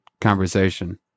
conversation